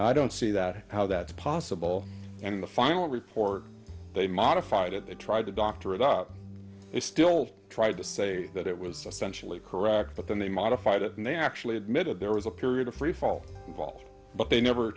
i don't see that how that's possible and the final report they modified it they tried to doctor it up they still tried to say that it was essential a correct but then they modified it now actually admitted there was a period of freefall valve but they never